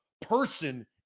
person